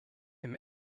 him